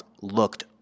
looked